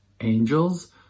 angels